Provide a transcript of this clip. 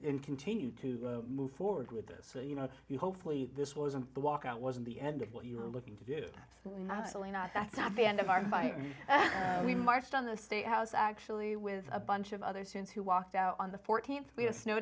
and continue to move forward with this you know you hopefully this wasn't the walkout wasn't the end of what you were looking to do that's not really not that's not the end of our by we marched on the state house actually with a bunch of other students who walked out on the fourteenth we have snow